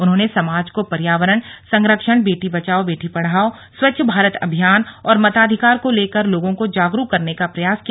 उन्होंने समाज को पर्यावरण संरक्षण बेटी बचाओ बेटी पढ़ाओ स्वच्छ भारत अभियान और मताधिकार को लेकर लोगों को जागरूक करने का प्रयास किया